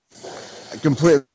Completely